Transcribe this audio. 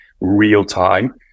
real-time